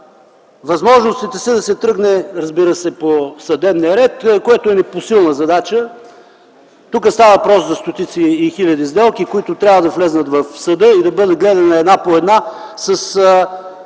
Възможностите са да се тръгне по съдебния ред, което е непосилна задача. Тук става въпрос за стотици хиляди сделки, които трябва да влязат в съда и да бъдат гледани една по една, с